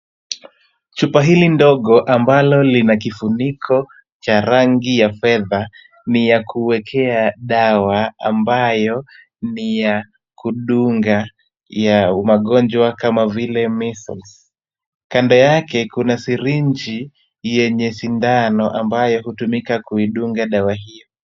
Chupa hili ndogo ambalo lina kifuniko cha rangi ya fedha, ni ya kuekea dawa ambayo ni ya kudunga ya magonjwa kama vile measles . Kando yake kuna sirinji yenye sindano ambayo hutumika kuidunga dawa hiyo.